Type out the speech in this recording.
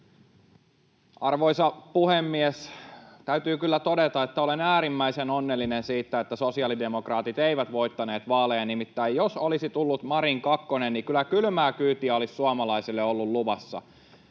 Arvoisa puhemies! Täytyy kyllä todeta, että olen äärimmäisen onnellinen siitä, että sosiaalidemokraatit eivät voittaneet vaaleja. Nimittäin, jos olisi tullut Marin kakkonen, niin kyllä kylmää kyytiä olisi suomalaiselle ollut luvassa.